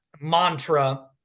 mantra